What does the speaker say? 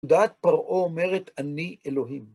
דעת פרעה אומרת אני אלוהים.